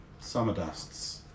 Summerdusts